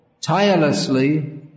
tirelessly